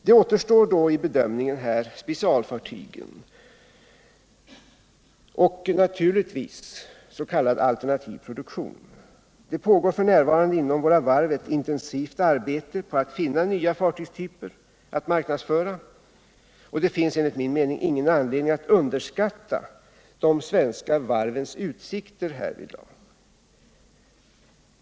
Det återstår då i bedömningen specialfartygen och naturligtvis s.k. alternativproduktion. Det pågår f. n. inom våra varv ett intensivt arbete på att finna nya fartygstyper att marknadsföra, och det finns enligt min mening ingen anledning att underskatta de svenska varvens utsikter därvidlag.